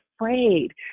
afraid